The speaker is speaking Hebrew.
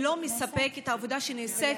ולא מספקת העבודה שנעשית,